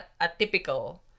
atypical